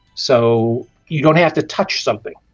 so you don't have to touch something,